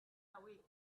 away